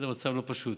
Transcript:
בסדר, המצב לא פשוט.